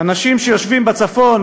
אנשים שיושבים בצפון,